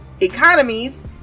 economies